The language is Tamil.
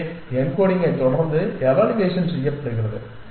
எனவே யென்கோடிங்கைத் தொடர்ந்து எவாலுவேஷன் செய்யப்படுகிறது